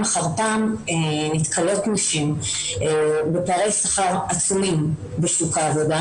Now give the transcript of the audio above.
אחר פעם נתקלות נשים בפערי שכר עצומים בשוק העבודה